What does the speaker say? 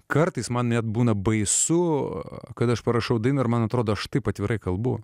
kartais man net būna baisu kad aš parašau dainą ir man atrodo aš taip atvirai kalbu